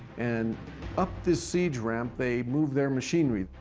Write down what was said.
and up this siege ramp they move their machinery,